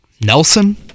Nelson